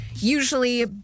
Usually